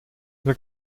wir